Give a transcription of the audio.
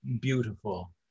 beautiful